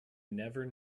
never